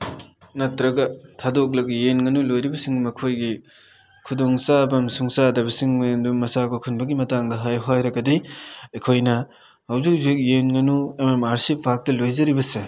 ꯅꯠꯇ꯭ꯔꯒ ꯊꯥꯗꯣꯛꯂꯒ ꯌꯦꯟ ꯉꯥꯅꯨ ꯂꯣꯏꯔꯤꯁꯤꯡꯒꯤ ꯃꯈꯣꯏꯒꯤ ꯈꯨꯗꯣꯡꯆꯥꯕ ꯑꯃꯁꯨꯡ ꯆꯥꯗꯕꯁꯤꯡ ꯃꯌꯨꯝꯗ ꯃꯆꯥ ꯀꯣꯛꯍꯟꯕꯒꯤ ꯃꯇꯥꯡꯗ ꯍꯥꯏꯌꯨ ꯍꯥꯏꯔꯒꯗꯤ ꯑꯩꯈꯣꯏꯅ ꯍꯧꯖꯤꯛ ꯍꯧꯖꯤꯛ ꯌꯦꯟ ꯉꯥꯅꯨ ꯑꯦꯝ ꯑꯦꯝ ꯑꯥꯔ ꯁꯤ ꯄꯥꯛꯇ ꯂꯣꯏꯖꯔꯤꯕꯁꯦ